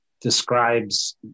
describes